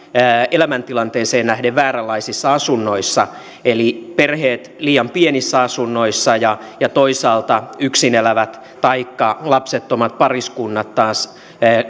elämäntilanteeseensa nähden vääränlaisissa asunnoissa eli perheet liian pienissä asunnoissa ja toisaalta yksin elävät taikka lapsettomat pariskunnat taas